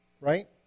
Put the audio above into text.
Right